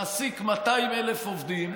מעסיק 200,000 עובדים,